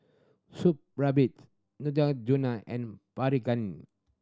Supravit Neutrogena and Pregain